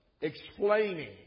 Explaining